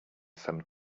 some